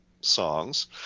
songs